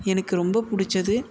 எனக்கு ரொம்ப பிடிச்சது